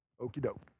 Okey-doke